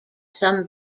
some